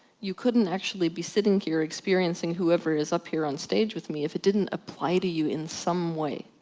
you couldn't actually be sitting here experiencing whoever is up here on stage with me if it didn't apply to you in some way.